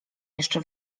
jeszcze